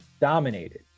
dominated